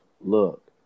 look